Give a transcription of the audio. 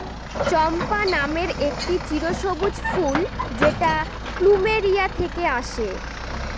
চম্পা নামের একটি চিরসবুজ ফুল যেটা প্লুমেরিয়া থেকে আসে